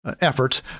effort